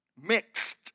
mixed